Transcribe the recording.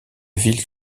ville